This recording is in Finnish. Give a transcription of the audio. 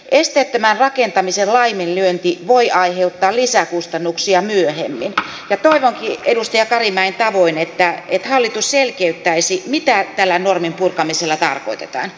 esteettömän rakentamisen laiminlyönti voi aiheuttaa lisäkustannuksia myöhemmin ja toivonkin edustaja karimäen tavoin että hallitus selkeyttäisi mitä tällä norminpurkamisella tarkoitetaan